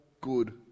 good